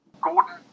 Gordon